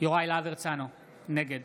יוראי להב הרצנו, נגד